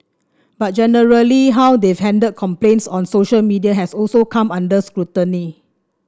but generally how they've handled complaints on social media has also come under scrutiny